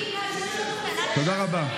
היא רק ציינה שזה, תודה רבה.